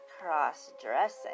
cross-dressing